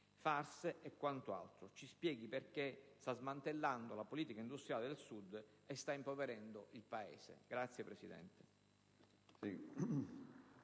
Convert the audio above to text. farse e quant'altro. Ci spieghi perché sta smantellando la politica industriale del Sud e sta impoverendo il Paese. *(Applausi